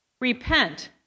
Repent